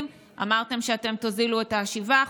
אמרתם שאתם תוזילו ב-7%,